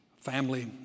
Family